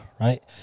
right